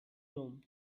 room